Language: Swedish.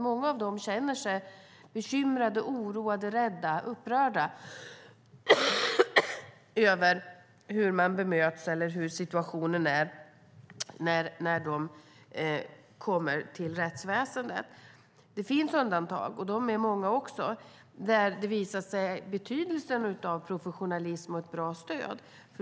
Många av dem känner sig bekymrade, oroade, rädda och upprörda över hur de bemöts eller hur de behandlas när de kommer till rättsväsendet. Det finns undantag, och de är många, som visar betydelsen av professionalism och bra stöd.